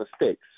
mistakes